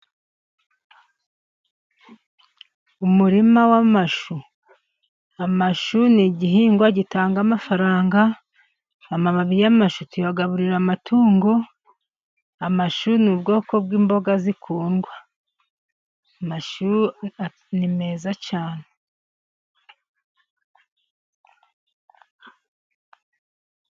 Umurima w'amashu ,amashu n'igihingwa gitanga amafaranga, amababi y'amashu tuyagaburira amatungo, amashu n'ubwoko bw'imboga zikundwa, amashu ni meza cyane.